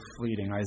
fleeting